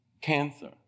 cancer